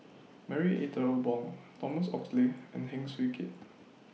Marie Ethel Bong Thomas Oxley and Heng Swee Keat